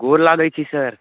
गोर लागै छी सर